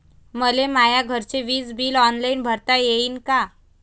मले माया घरचे विज बिल ऑनलाईन भरता येईन का?